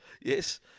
Yes